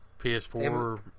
PS4